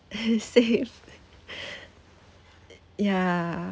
save ya